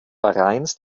vereins